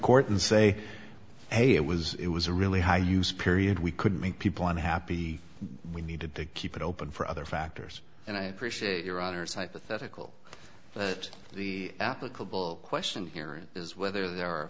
court and say hey it was it was a really high use period we could make people unhappy we needed to keep it open for other factors and i appreciate your honor's hypothetical but the applicable question here is whether there are